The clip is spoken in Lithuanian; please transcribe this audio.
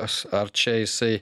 aš ar čia jisai